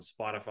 Spotify